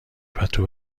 پتو